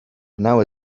now